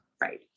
Right